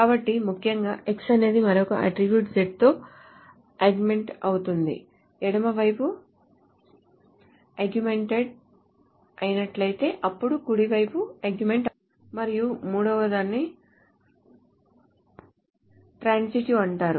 కాబట్టి ముఖ్యంగా X అనేది మరొక ఆట్రిబ్యూట్ Z తో ఆగ్మెంటేడ్ అవుతుంది ఎడమ వైపు ఆగ్మెంటేడ్ అయినట్లయితే అప్పుడు కుడి వైపు ఆగ్మెంటేడ్ అవుతుంది మరియు మూడవదాన్ని ట్రాన్సిటివ్ అంటారు